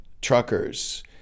truckers